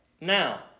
Now